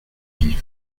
vif